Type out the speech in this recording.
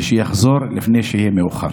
ושיחזור לפני שיהיה מאוחר.